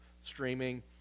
streaming